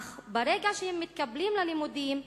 אך ברגע שהם מתקבלים ללימודים,